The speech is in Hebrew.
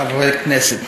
חברי הכנסת,